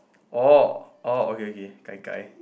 oh oh okay okay gai-gai